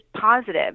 positive